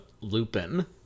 Lupin